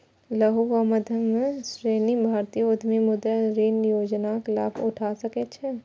लघु आ मध्यम श्रेणीक भारतीय उद्यमी मुद्रा ऋण योजनाक लाभ उठा सकै छै